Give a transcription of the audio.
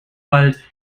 wald